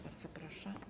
Bardzo proszę.